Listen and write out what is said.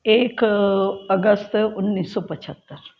एक अगस्त उन्नीस सौ पचहत्तर